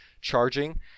charging